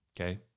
Okay